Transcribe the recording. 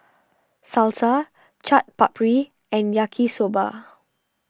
Salsa Chaat Papri and Yaki Soba